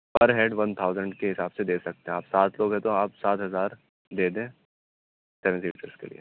پر head one thousand کے حساب سے دے سکتے ہیں آپ سات لوگ ہیں تو آپ سات ہزار دے دیں سروسز کے لیے